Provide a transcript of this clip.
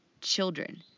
children